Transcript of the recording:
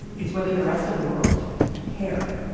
it's whether the rest of the world will care.